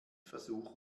versuch